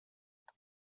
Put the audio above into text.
это